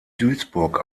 duisburg